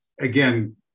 again